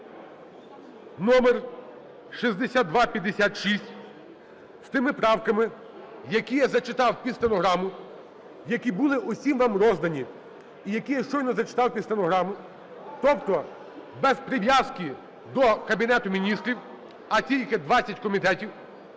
(№6256) з тими правками, які я зачитав під стенограму, які були усім нам роздані, і які я щойно зачитав під стенограму. Тобто без прив'язки до Кабінету Міністрів, а тільки 20 комітетів,